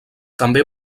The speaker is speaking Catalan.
també